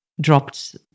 dropped